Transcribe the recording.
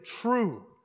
true